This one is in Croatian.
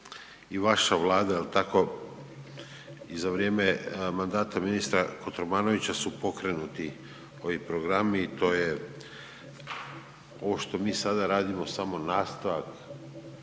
i vaša Vlada, jel tako, i za vrijeme mandata ministra Kotromanovića su pokrenuti ovi programi i to je, ovo što mi sada radimo, samo nastavak